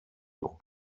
του